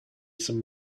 some